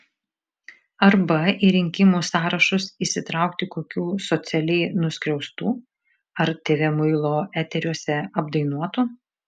arba į rinkimų sąrašus įsitraukti kokių socialiai nusiskriaustų ar tv muilo eteriuose apdainuotų